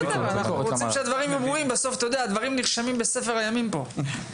רוצים שהדברים יהיו ברורים בסוף הם נרשמים בספר הימים פה.